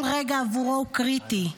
כל רגע עבורו הוא קריטי.